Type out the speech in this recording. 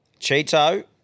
Cheeto